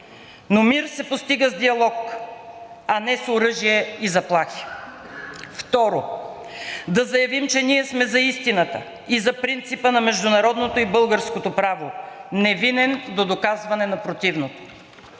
Мир се постига с диалог, а не с оръжие и заплахи. Второ, да заявим, че ние сме за истината и за принципа на международното и българското право – невинен до доказване на противното.